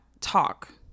talk